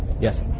Yes